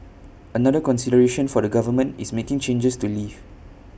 another consideration for the government is making changes to leave